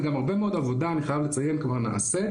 וגם הרבה מאוד עבודה, אני חייב לציין, כבר נעשית,